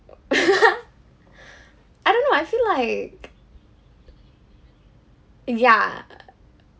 I don't know I feel like uh ya